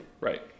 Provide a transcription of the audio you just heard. right